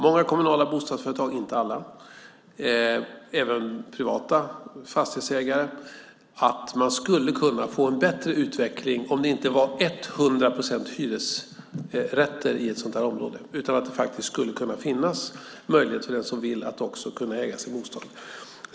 Många kommunala bostadsföretag, inte alla, och även privata fastighetsägare tror att man skulle kunna få en bättre utveckling om det inte var hundra procent hyresrätter i ett sådant område, utan att det skulle finnas möjligheter, för den som vill, att äga sin bostad.